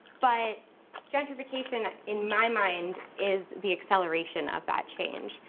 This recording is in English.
but gentrification, in my mind, is the acceleration of that change,